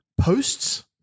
Posts